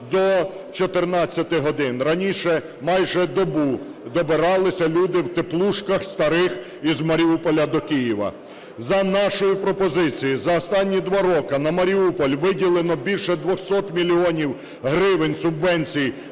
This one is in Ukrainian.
до 14 годин, раніше майже добу добиралися люди в теплушках старих із Маріуполя до Києва. За нашою пропозицією за останні 2 роки на Маріуполь виділено більше 200 мільйонів гривень субвенцій